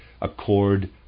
accord